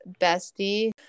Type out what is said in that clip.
bestie